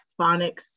phonics